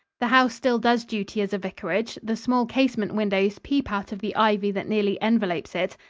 the house still does duty as a vicarage the small casement windows peep out of the ivy that nearly envelops it,